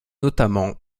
notamment